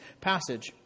passage